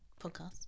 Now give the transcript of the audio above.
podcast